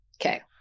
Okay